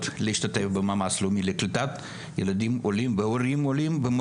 להשתתף במאמץ הלאומי לקליטת ילדים עולים והורים עולים,